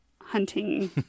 hunting